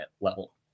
level